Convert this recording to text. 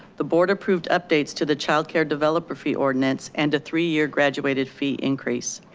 the board approved updates to the childcare developer fee ordinance and a three year graduated fee increase.